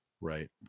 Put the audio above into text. right